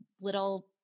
little